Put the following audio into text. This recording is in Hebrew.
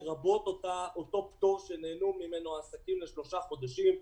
לרבות אותו פטור שנהנו ממנו העסקים לשלושה חודשים,